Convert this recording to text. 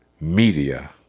media